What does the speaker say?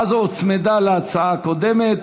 אנחנו מצביעים על הצעת חוק דומה,